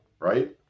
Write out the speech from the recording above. right